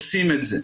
עושים את זה.